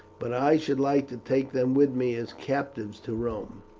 but i should like to take them with me as captives to rome.